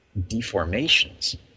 deformations